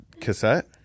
cassette